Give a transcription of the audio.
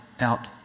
out